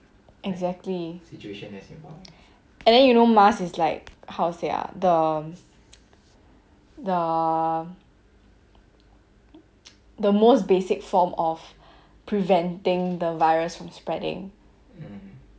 exactly and then you know masks is like how to say ah the the the most basic form of preventing the virus from spreading